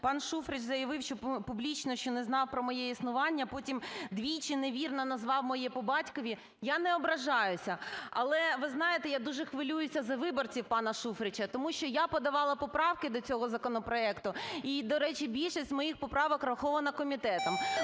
пан Шуфрич заявив, що… публічно, що не знав про моє існування, потім двічі невірно назвав моє по батькові. Я не ображаюся, але, ви знаєте, я дуже хвилююся за виборців пана Шуфрича, тому що я подавала поправки до цього законопроекту і, до речі, більшість моїх поправок врахована комітетом.